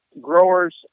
growers